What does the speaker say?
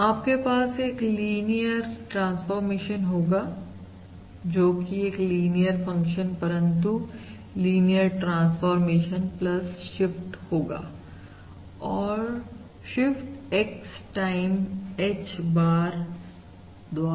आपके पास एक लिनियर ट्रांसफॉरमेशन होगा जो कि एक लीनियर फंक्शन परंतु लिनियर ट्रांसफॉरमेशन शिफ्ट होगा और shift X time H bar द्वारा